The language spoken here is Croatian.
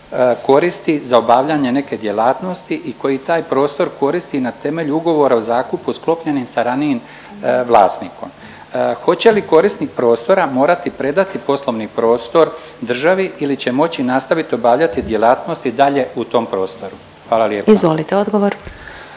koristi za obavljanje neke djelatnosti i koji taj prostor koristi na temelju ugovora o zakupu sklopljenim sa ranijim vlasnikom. Hoće li korisnik prostora morati predati poslovni prostor državi ili će moći nastaviti obavljati djelatnost i dalje u tom prostoru? Hvala lijepa. **Glasovac,